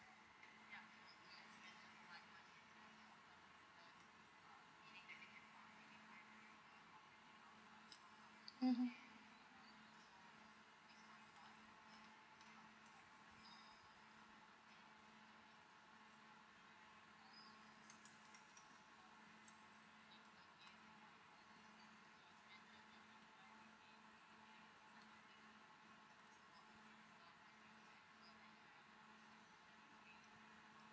mmhmm